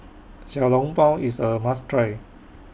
Xiao Long Bao IS A must Try